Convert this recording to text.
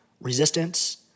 resistance